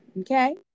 Okay